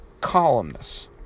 columnists